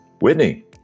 Whitney